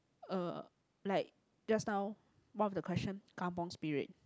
uh like just now one of the question kampung Spirit